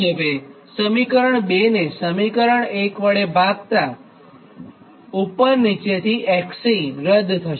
હવે સમીકરણ 2 ને સમીકરણ 1 વડે ભાગતા ઉપર નીચેથી XC રદ થશે